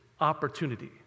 opportunity